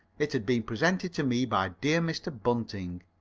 it had been presented to me by dear mr. bunting.